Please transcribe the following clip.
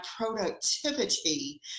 productivity